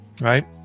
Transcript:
right